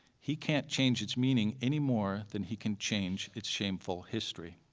he can't change its meaning anymore than he can change its shameful history.